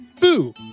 Boo